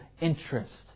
interest